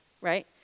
right